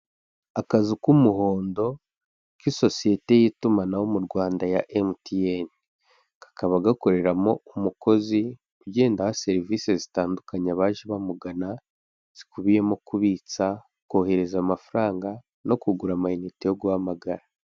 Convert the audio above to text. Akazu k'umuhondo k'isosiyete y'itumanaho mu Rwanda ya MTN, kakaba gakoreramo umukozi ugenda aha serivise zitandukanye abaje bamugana, zikubiyemo kubitsa, kohereza amafaranga no kugura amayinite yo guhamagara.